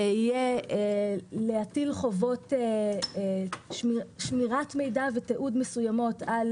זה להטיל חובות שמירת מידע ותיעוד מסוימות על